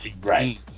Right